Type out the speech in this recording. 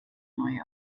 neue